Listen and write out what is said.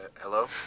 hello